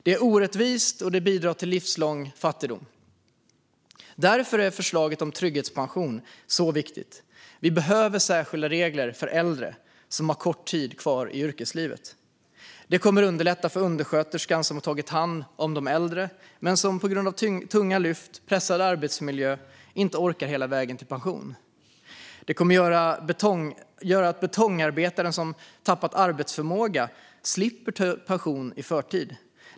Det är orättvist, och det bidrar till livslång fattigdom. Därför är förslaget om trygghetspension viktigt. Vi behöver särskilda regler för äldre som har kort tid kvar i yrkeslivet. Det kommer att underlätta för undersköterskan som har tagit hand om de äldre men som på grund av tunga lyft och pressad arbetsmiljö inte orkar hela vägen till pension. Det kommer att göra att betongarbetaren som har tappat arbetsförmåga slipper ta ut sin pension i förtid.